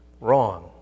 wrong